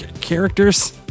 characters